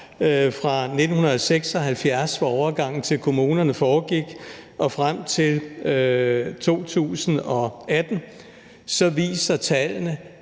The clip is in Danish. fra 1976, hvor overgangen til kommunerne foregik, og frem til 2018, så viser tallene,